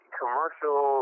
commercial